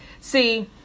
See